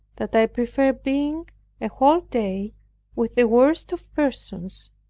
that i prefer being a whole day with the worst of persons,